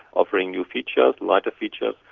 offering new features, lighter features.